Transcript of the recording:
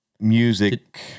Music